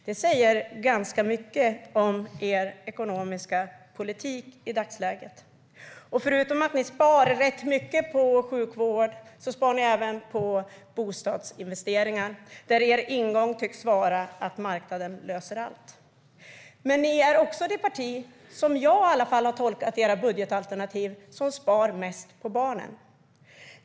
Det säger ganska mycket om er ekonomiska politik i dagsläget. Förutom att ni sparar rätt mycket på sjukvård sparar ni även på bostadsinvesteringar. Er ingång här tycks vara att marknaden löser allt. Så som jag har tolkat ert budgetalternativ är ni också det parti som sparar mest på barnen.